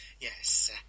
Yes